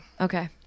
Okay